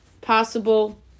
possible